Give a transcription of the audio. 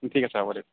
ঠিক আছে হ'ব দিয়ক